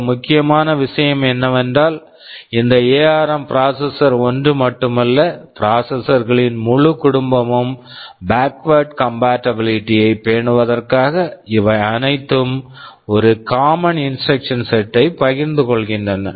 மிக முக்கியமான விஷயம் என்னவென்றால் இந்த எஆர்ம் ARM ப்ராசசர்ஸ் processor ஒன்று மட்டுமல்ல ப்ராசசர்ஸ் processor களின் முழு குடும்பமும் பேக்வார்ட கம்பாட்டபிளிட்டி backward compatibility ஐ பேணுவதற்காக இவை அனைத்தும் ஒரு common instruction set common instruction set ஐ பகிர்ந்து கொள்கின்றன